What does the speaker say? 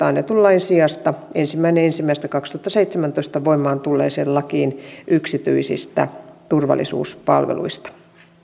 annetun lain sijasta ensimmäinen ensimmäistä kaksituhattaseitsemäntoista voimaan tulleeseen lakiin yksityisistä turvallisuuspalveluista